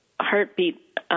heartbeat